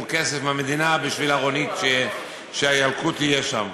כסף מהמדינה בשביל ארונית שהילקוט יהיה בה.